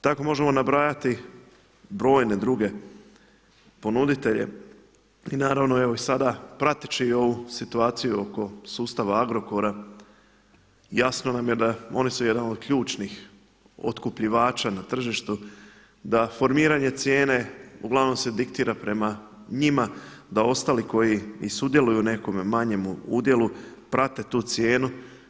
Tako možemo nabrajati brojne druge ponuditelje i naravno evo sada prateći ovu situaciju oko sustava Agrokora, jasno nam je oni su jedan od ključnih otkupljivača na tržištu, da formiranje cijene uglavnom se diktira prema njima, da ostali koji i sudjeluju u nekome manjemu udjelu prate tu cijenu.